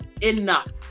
enough